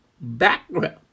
background